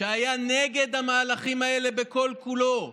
שהיה נגד המהלכים האלה כל-כולו,